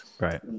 Right